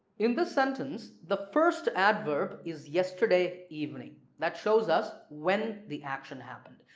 in this sentence the first adverb is yesterday evening that shows us when the action happened.